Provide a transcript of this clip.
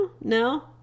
no